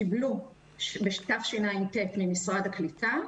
אשר קיבלו בתשע"ט ממשרד הקליטה.